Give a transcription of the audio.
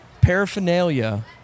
Paraphernalia